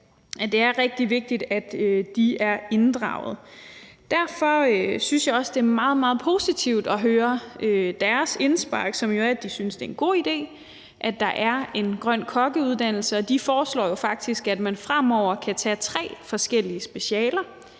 Det er rigtig vigtigt, at de er inddraget. Derfor synes jeg også, det er meget, meget positivt at høre deres indspark, som jo er, at de synes, det er en god idé, at der er en grøn kokkeuddannelse, og de foreslår faktisk, at man fremover skal kunne tage tre forskellige specialer: